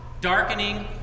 darkening